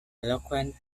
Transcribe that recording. eloquent